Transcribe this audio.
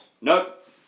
Nope